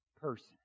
person